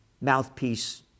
mouthpiece